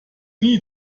nie